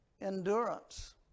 Endurance